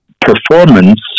performance